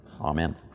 Amen